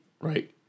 right